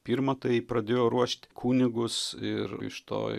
pirma tai pradėjo ruošt kunigus ir iš to